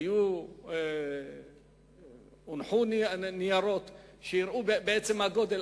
השופטים הונחו ניירות שהראו בעצם מה הגודל.